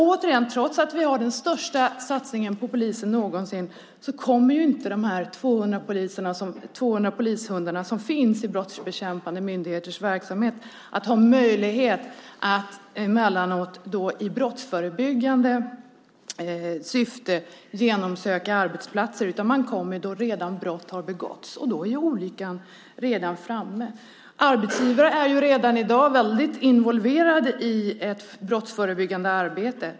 Återigen, trots att vi har den största satsningen på polisen någonsin kommer inte de 200 polishundar som finns i brottsbekämpande myndigheters verksamhet att ha möjlighet att i brottsförebyggande syfte genomsöka arbetsplatser. Man kommer då brott har begåtts. Då är olyckan redan framme. Arbetsgivare är redan i dag väldigt involverade i ett brottsförebyggande arbete.